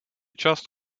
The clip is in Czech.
část